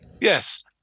Yes